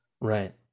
right